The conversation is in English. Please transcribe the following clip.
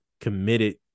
committed